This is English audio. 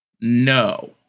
No